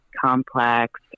complex